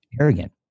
arrogant